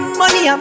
money